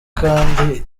kandi